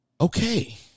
Okay